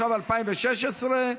התשע"ו 2016,